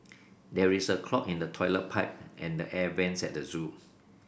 there is a clog in the toilet pipe and the air vents at the zoo